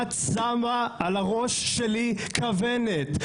את שמה על הראש שלי כוונת,